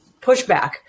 pushback